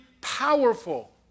powerful